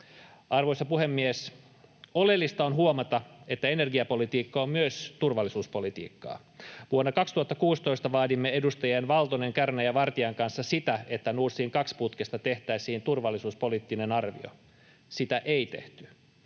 Arvoisa puhemies! Oleellista on huomata, että energiapolitiikka on myös turvallisuuspolitiikkaa. Vuonna 2016 vaadimme edustajien Valtonen, Kärnä ja Vartia kanssa sitä, että Nord Stream 2 ‑putkesta tehtäisiin turvallisuuspoliittinen arvio. Sitä ei tehty.